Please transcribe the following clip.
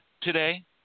today